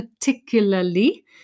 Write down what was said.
particularly